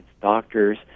doctors